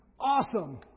Awesome